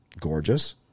gorgeous